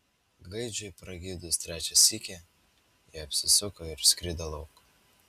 gaidžiui pragydus trečią sykį ji apsisuko ir išskrido lauk